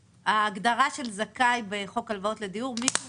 ההגדרה של זכאי בחוק הלוואות לדיור: מי שהוא